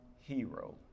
hero